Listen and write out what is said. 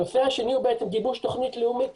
הנושא השני הוא גיבוש תוכנית לאומית